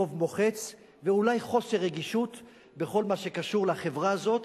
רוב מוחץ ואולי חוסר רגישות בכל מה שקשור לחברה הזאת,